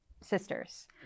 sisters